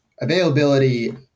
availability